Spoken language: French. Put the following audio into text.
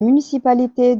municipalité